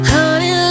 Honey